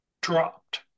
dropped